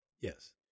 Yes